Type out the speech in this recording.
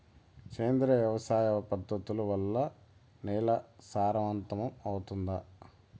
సేంద్రియ వ్యవసాయ పద్ధతుల వల్ల, నేల సారవంతమౌతుందా?